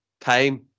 time